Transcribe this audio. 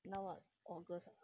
now what august ah